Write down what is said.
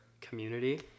community